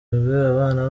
abana